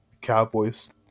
cowboy's